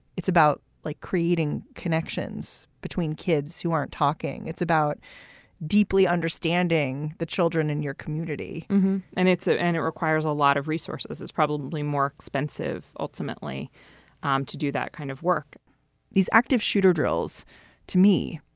it's about like creating connections between kids who aren't talking. it's about deeply understanding the children in your community and it's it. and it requires a lot of resources. it's probably more expensive ultimately um to do that kind of work these active shooter drills to me,